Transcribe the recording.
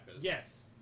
Yes